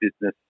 business